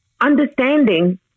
understanding